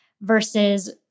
versus